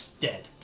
Dead